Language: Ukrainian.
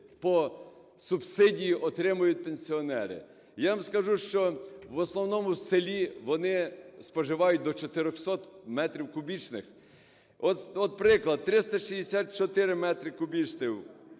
по субсидії отримують пенсіонери. Я вам скажу, що в основному в селі вони споживають до 400 метрів кубічних. От приклад: 364 метри кубічні